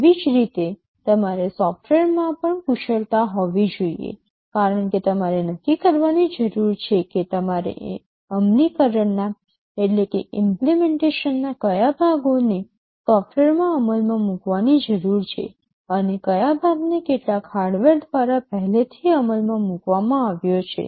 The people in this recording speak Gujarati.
તેવી જ રીતે તમારે સોફ્ટવેરમાં પણ કુશળતા હોવી જરૂરી છે કારણ કે તમારે નક્કી કરવાની જરૂર છે કે તમારે અમલીકરણના કયા ભાગોને સોફ્ટવેરમાં અમલમાં મૂકવાની જરૂર છે અને કયા ભાગને કેટલાક હાર્ડવેર દ્વારા પહેલેથી અમલમાં મૂકવામાં આવ્યો છે